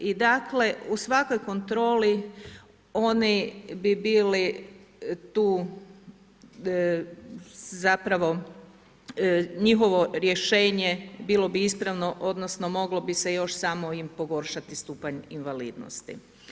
I dakle, u svakoj kontroli, oni bi bili tu zapravo njihovo rješenje bilo bi ispravno, odnosno, moglo bi se još samo im pogoršati stupanj invalidnosti.